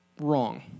wrong